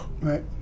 Right